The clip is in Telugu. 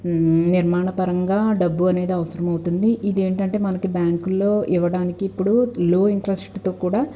నిర్మాణ పరంగా డబ్బు అనేది అవసరం అవుతుంది ఇదేంటంటే మనకు బ్యాంకుల్లో ఇవ్వటానికి ఇప్పుడు లో ఇంట్రస్ట్తో కూడా